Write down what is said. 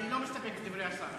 אני לא מסתפק בדברי השר.